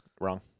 wrong